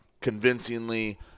convincingly